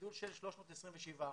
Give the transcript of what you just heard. גידול של 327 אחוזים.